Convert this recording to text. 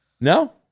No